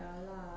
ya lah